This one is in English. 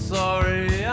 sorry